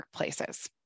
workplaces